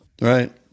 Right